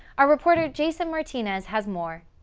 our reporter jason martinez has more.